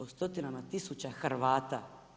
O stotinama tisuća Hrvata.